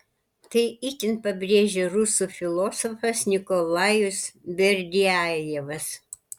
tai itin pabrėžė rusų filosofas nikolajus berdiajevas